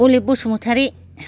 Alib Basumatary